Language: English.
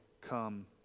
come